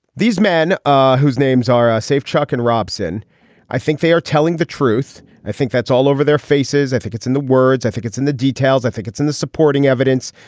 these men ah whose names are safe chuck and robson i think they are telling the truth. i think that's all over their faces. i think it's in the words i think it's in the details. i think it's in the supporting evidence.